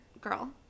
girl